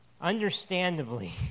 Understandably